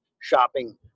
shopping